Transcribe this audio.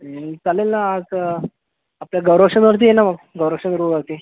चालेल ना एक आपल्या गौरक्षन वरती ये ना मग गौरक्षन गुरुवरती